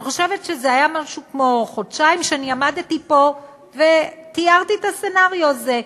אני חושבת שזה היה לפני חודשיים שאני עמדתי פה ותיארתי את הסצנריו הזה.